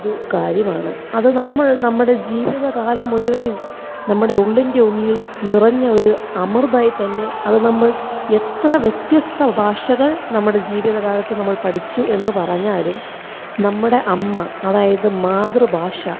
ഒരു കാര്യമാണ് അത് നമ്മൾ നമ്മുടെ ജീവിതകാലം മുഴുവനും നമ്മുടെ ഉള്ളിൻ്റെ ഉള്ളിൽ നിറഞ്ഞ ഒരു അമൃതമായി തന്നെ അത് നമ്മൾ എത്ര വ്യത്യസ്ത ഭാഷകൾ നമ്മുടെ ജീവിതകാലത്ത് നമ്മൾ പഠിച്ചു എന്നു പറഞ്ഞാലും നമ്മുടെ അമ്മ അതായത് മാതൃഭാഷ